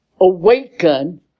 Awaken